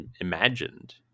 imagined